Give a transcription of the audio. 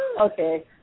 Okay